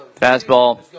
Fastball